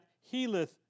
healeth